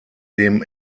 dem